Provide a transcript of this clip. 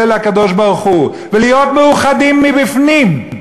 לקדוש-ברוך-הוא ולהיות מאוחדים מבפנים.